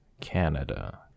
Canada